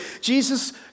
Jesus